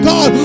God